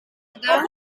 aangedaan